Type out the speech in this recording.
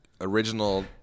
original